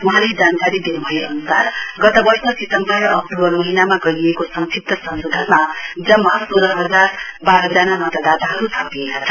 वहाँले जानकारी दिनु भए अनुसार गत वर्ष सितम्बर र अक्तुबर महीनामा गरिएको संक्षिप्त संशोधनमा जम्मा सोह्र हजार बाह्र जना मतदाताहरू थपिएका छन्